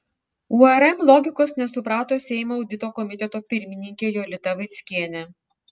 urm logikos nesuprato seimo audito komiteto pirmininkė jolita vaickienė